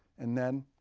and then,